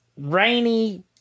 rainy